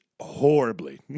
horribly